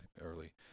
early